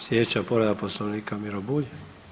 Sljedeća povreda Poslovnika, Miro Bulj.